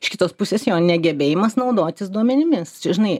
iš kitos pusės jo negebėjimas naudotis duomenimis čia žinai